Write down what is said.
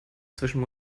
zwischen